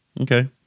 Okay